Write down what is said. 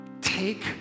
take